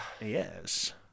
Yes